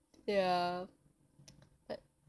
ya but